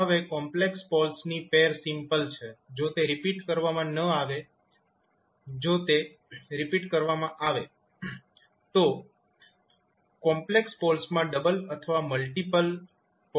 હવે કોમ્પ્લેક્સ પોલ્સની pair simple છે જો તે રિપીટ કરવામાં ન આવે અને જો તે રિપીટ કરવામાં આવે તો કોમ્પ્લેક્સ પોલ્સમાં ડબલ અથવા મલ્ટીપલ પોલ્સ હોય છે